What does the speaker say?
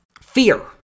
fear